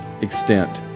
extent